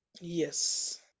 Yes